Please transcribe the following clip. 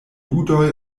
ludoj